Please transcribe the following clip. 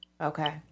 Okay